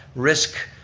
risk,